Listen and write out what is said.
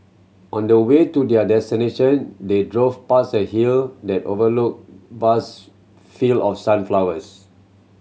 on the way to their destination they drove past a hill that overlook vast field of sunflowers